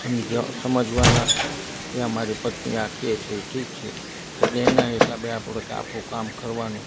સમજવાના કે મારી પત્ની આ કહે છે એ ઠીક છે એટલે એના હિસાબે આપણે આપણું કામ કરવાનું